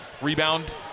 Rebound